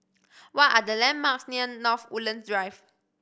what are the landmarks near North Woodlands Drive